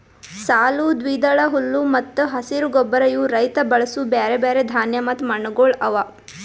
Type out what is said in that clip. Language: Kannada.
ಸಾಲು, ದ್ವಿದಳ, ಹುಲ್ಲು ಮತ್ತ ಹಸಿರು ಗೊಬ್ಬರ ಇವು ರೈತ ಬಳಸೂ ಬ್ಯಾರೆ ಬ್ಯಾರೆ ಧಾನ್ಯ ಮತ್ತ ಮಣ್ಣಗೊಳ್ ಅವಾ